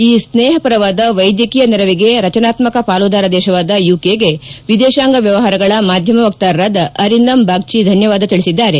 ಈ ಸ್ನೇಪರವಾದ ವೈದ್ಯಕೀಯ ನೆರವಿಗೆ ರಜನಾತ್ಮಕ ಪಾಲುದಾರ ದೇಶವಾದ ಯು ಕೆ ಗೆ ವಿದೇಶಾಂಗ ವ್ಲವಹಾರಗಳ ಮಾಧ್ಯಮ ವಕ್ತಾರರಾದ ಅರಿಂದಮ್ ಬಾಗ್ನಿ ಧನ್ಯವಾದ ತಿಳಿಸಿದ್ದಾರೆ